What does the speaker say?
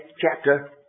chapter